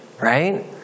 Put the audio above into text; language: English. right